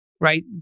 right